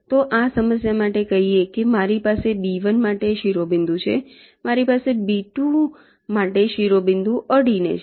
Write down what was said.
તો આ સમસ્યા માટે કહીએ કે મારી પાસે B1 માટે શિરોબિંદુ છે મારી પાસે B2 માટે શિરોબિંદુ અડી ને છે